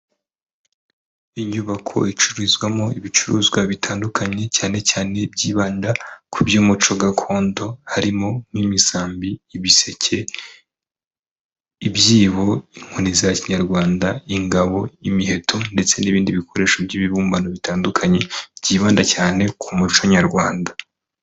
Inyubako icururizwamo ibicuruzwa bitandukanye cyane cyane byibanda ku by'umuco gakondo, harimo nk'imisambi, ibiseke, ibyibo, inkoni za kinyarwanda, ingabo, imiheto ndetse n'ibindi bikoresho by'ibibumbano bitandukanye byibanda cyane ku muco nyarwanda.